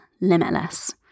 limitless